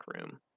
room